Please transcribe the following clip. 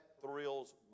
thrills